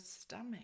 stomach